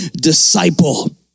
disciple